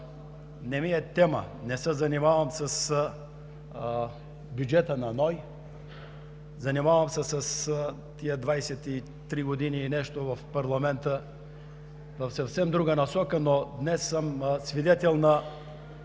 не ми е тема, не се занимавам с бюджета на НОИ, занимавам се в тези 23 години и нещо в парламента в съвсем друга насока. Но днес съм свидетел на